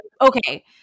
okay